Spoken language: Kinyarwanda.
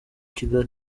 kigali